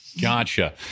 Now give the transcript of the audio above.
Gotcha